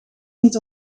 niet